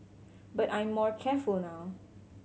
but I'm more careful now